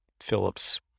Phillips